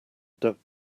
doug